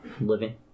Living